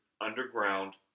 underground